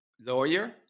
lawyer